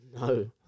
No